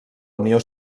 unió